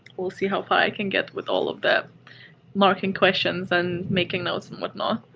we'll see how far i can get with all of the marking questions and making notes and whatnot